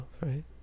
right